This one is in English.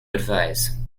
advise